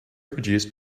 produced